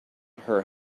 her